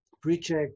pre-check